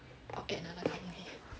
I'll get another account